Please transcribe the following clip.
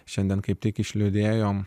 šiandien kaip tik išlydėjom